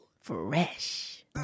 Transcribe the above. fresh